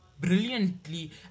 Brilliantly